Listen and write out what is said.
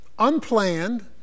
unplanned